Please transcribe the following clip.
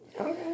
Okay